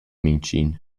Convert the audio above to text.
mintgin